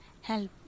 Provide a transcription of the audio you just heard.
help